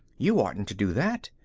you oughtn't to do that.